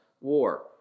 war